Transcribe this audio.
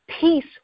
Peace